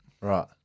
Right